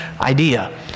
idea